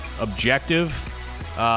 objective